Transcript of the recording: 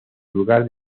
lugar